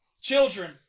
Children